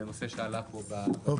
זה נושא שעלה פה בוועדה.